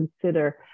consider